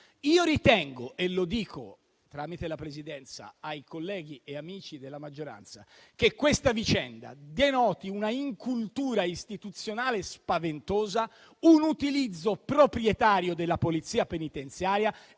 Io ritengo, e - tramite la Presidenza - lo dico ai colleghi e amici della maggioranza, che questa vicenda denoti una incultura istituzionale spaventosa, un utilizzo proprietario della polizia penitenziaria